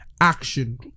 action